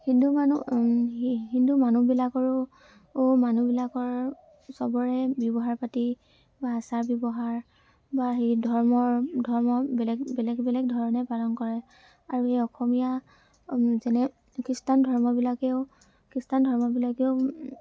হিন্দু মানুহ হিন্দু মানুহবিলাকৰো মানুহবিলাকৰ চবৰে ব্যৱহাৰ পাতি বা আচাৰ ব্যৱহাৰ বা সেই ধৰ্মৰ ধৰ্ম বেলেগ বেলেগ বেলেগ ধৰণে পালন কৰে আৰু এই অসমীয়া যেনে খ্ৰীষ্টান ধৰ্মবিলাকেও খ্ৰীষ্টানবিলাকেও